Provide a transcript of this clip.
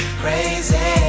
crazy